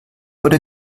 oder